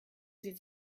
sie